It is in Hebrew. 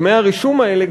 דמי הרישום האלה,